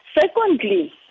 Secondly